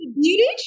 Beauty